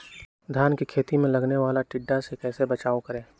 धान के खेत मे लगने वाले टिड्डा से कैसे बचाओ करें?